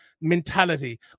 mentality